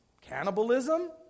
cannibalism